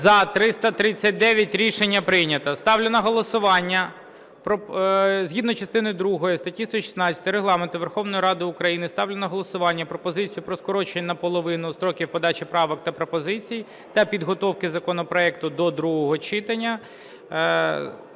За-339 Рішення прийнято. Ставлю на голосування... Згідно частини другої статті 116 Регламенту Верховної Ради України ставлю на голосування пропозицію про скорочення наполовину строків подачі правок та пропозицій, та підготовки законопроекту до другого читання